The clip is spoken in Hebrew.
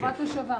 חובת השבה.